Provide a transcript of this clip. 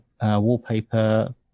wallpaper